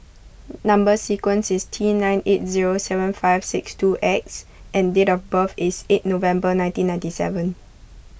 Number Sequence is T nine eight zero seven five six two X and date of birth is eight November nineteen ninety seven